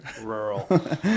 Rural